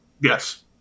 Yes